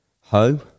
Ho